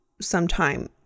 sometime